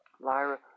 Lyra